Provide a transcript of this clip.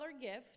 gift